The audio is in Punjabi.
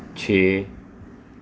ਛੇ